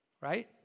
right